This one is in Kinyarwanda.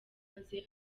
maze